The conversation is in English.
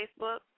Facebook